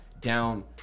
down